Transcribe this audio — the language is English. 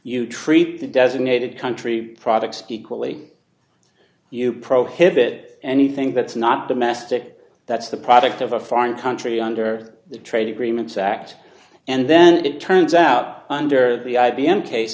you treat the designated country products equally you prohibit anything that's not domestic that's the product of a foreign country under the trade agreements act and then it turns out under the i b m case